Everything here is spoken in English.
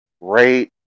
rate